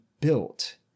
built